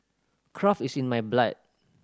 craft is in my blood